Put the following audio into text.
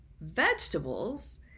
vegetables